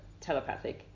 telepathic